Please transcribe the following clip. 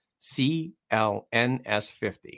CLNS50